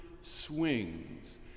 swings